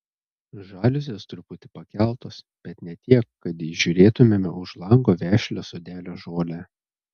žaliuzės truputį pakeltos bet ne tiek kad įžiūrėtumėme už lango vešlią sodelio žolę